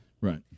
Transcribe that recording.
Right